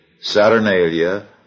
Saturnalia